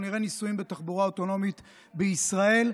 נראה ניסויים בתחבורה אוטונומית בישראל.